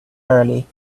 early